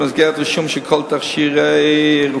במסגרת רישום של כל תכשיר רפואי,